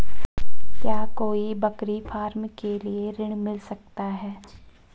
क्या कोई बकरी फार्म के लिए ऋण मिल सकता है?